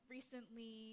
Recently